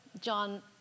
John